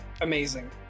amazing